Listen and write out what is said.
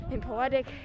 poetic